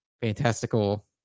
fantastical